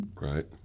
Right